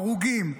הרוגים,